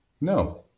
No